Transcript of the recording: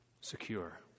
secure